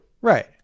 Right